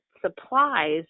supplies